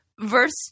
verse